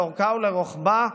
לאורכה ולרוחבה,